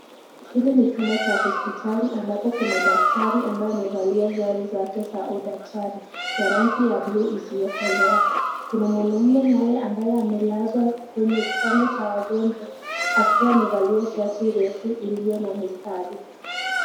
Hili ni chumba cha hospitali ambapo kuna daktari ambaye amevalia sare zake za udaktari ya rangi ya buluu isiyokolea. Kuna mwanaume naye ambaye amelazwa kwenye kitanda cha wagonjwa akiwa amevalia shati refu iliyo na mistari.